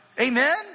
Amen